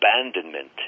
abandonment